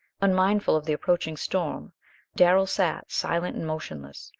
unmindful of the approaching storm darrell sat, silent and motionless,